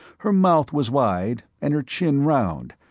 her mouth was wide, and her chin round,